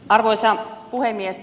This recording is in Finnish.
arvoisa puhemies